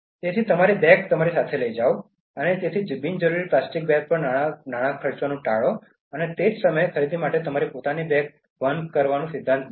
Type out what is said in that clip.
તેથી તમારી બેગ તમારી સાથે લઇ જાઓ તેથી બિનજરૂરી પ્લાસ્ટિક બેગ પર નાણાં ખર્ચવાનું ટાળો પરંતુ તે જ સમયે ખરીદી માટે તમારી પોતાની બેગ વહન કરવાનું સિદ્ધાંત બનાવો